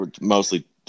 mostly